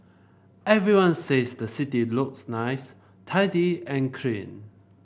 everyone says the city looks nice tidy and clean